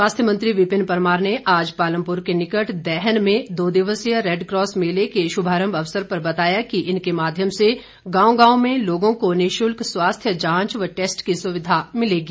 स्वास्थ्य मंत्री विपिन परमार ने आज पालमपुर के निकट दैहन में दो दिवसीय रैडक्रास मेले के शुभारम्भ अवसर पर बताया कि इनके माध्यम से गांव गांव में लोगों को निशुल्क स्वास्थ्य जांच व टैस्ट की सुविधा मिलेगी